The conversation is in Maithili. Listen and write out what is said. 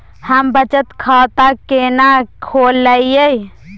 हम बचत खाता केना खोलइयै?